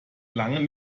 lange